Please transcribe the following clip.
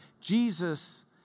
Jesus